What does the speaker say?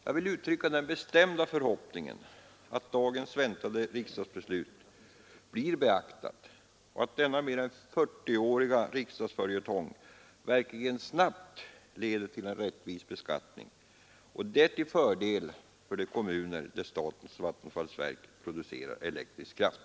Jag vill uttrycka den bestämda förhoppningen att dagens väntade riksdagsbeslut blir beaktat och att denna mer än 40-åriga riksdagsföljetong verkligen snabbt leder till en rättvis beskattning. Detta vore till fördel för de kommuner där statens vattenfallsverk producerar elektrisk kraft.